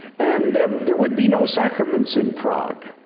and there would be no sacraments in prague.